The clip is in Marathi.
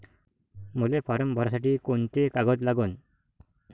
मले फारम भरासाठी कोंते कागद लागन?